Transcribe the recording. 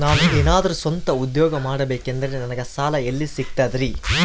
ನಾನು ಏನಾದರೂ ಸ್ವಂತ ಉದ್ಯೋಗ ಮಾಡಬೇಕಂದರೆ ನನಗ ಸಾಲ ಎಲ್ಲಿ ಸಿಗ್ತದರಿ?